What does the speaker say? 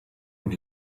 und